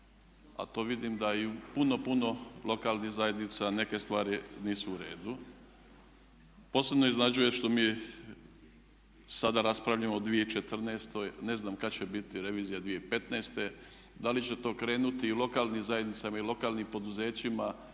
a to vidim da i u puno, puno lokalnih zajednica nisu u redu. Posebno iznenađuje što mi sada raspravljamo o 2014. a ne znam kada će biti revizija 2015., da li će to krenuti i lokalnim zajednicama i lokalnim poduzećima